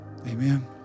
Amen